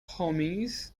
homies